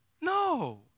No